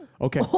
Okay